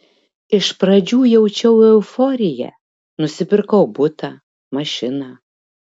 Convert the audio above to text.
iš pradžių jaučiau euforiją nusipirkau butą mašiną